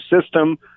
system